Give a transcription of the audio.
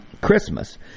Christmas